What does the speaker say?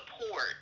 support